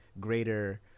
greater